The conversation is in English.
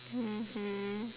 mmhmm